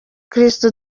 christo